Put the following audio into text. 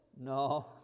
No